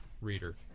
reader